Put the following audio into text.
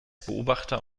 beobachter